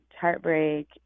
heartbreak